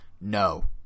no